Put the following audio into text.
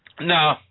No